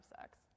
sex